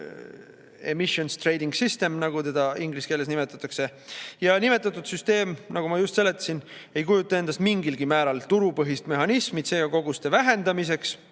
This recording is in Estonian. siisemissions trading system, nagu teda inglise keeles nimetatakse. Nimetatud süsteem, nagu ma just seletasin, ei kujuta endast mingilgi määral turupõhist mehhanismi CO2‑koguste vähendamiseks,